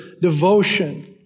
devotion